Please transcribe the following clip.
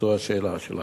זו השאלה שלך.